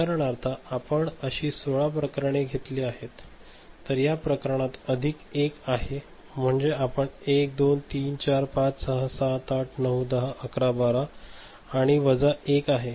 उदाहरणार्थ आपण अशी 16 प्रकरणे घेतली आहेत तर या प्रकरणात अधिक १ आहे मध्ये आपण 12345678910111213 आणि वजा 1 आहेत